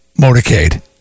motorcade